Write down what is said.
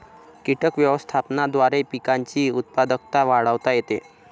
कीटक व्यवस्थापनाद्वारे पिकांची उत्पादकता वाढवता येते